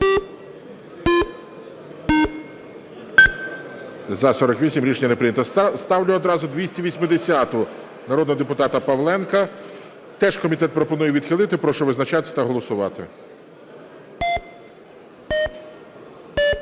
За-48 Рішення не прийнято. Ставлю одразу 280-у народного депутата Павленка. Теж комітет пропонує відхилити. Прошу визначатися та голосувати. 11:46:45